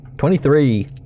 Twenty-three